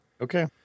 Okay